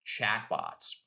chatbots